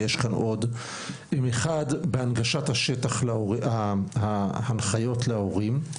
ויש כאן עוד אימהות האחד בהנגשת ההנחיות להורים,